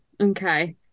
okay